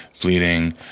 bleeding